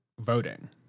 voting